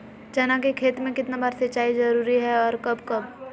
चना के खेत में कितना बार सिंचाई जरुरी है और कब कब?